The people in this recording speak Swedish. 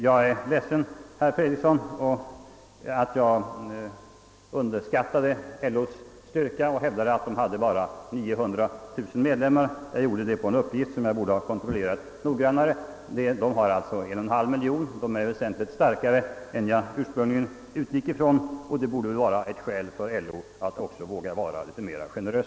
Jag är ledsen, herr Fredriksson, att jag underskattade LO:s styrka och hävdade att organisationen bara hade 900 000 medlemmar. Jag gjorde det på en uppgift som jag borde ha kontrollerat noggrannare, LO har alltså 1,5 miljon medlemmar och är väsentligt starkare än jag ursprungligen utgick ifrån. Det borde väl vara ett skäl för LO att också våga vara litet mer generös.